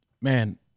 man